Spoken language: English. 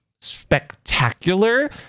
spectacular